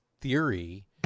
theory